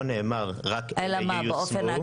נאמר רק ייושמו --- אלא מה,